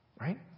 Right